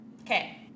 Okay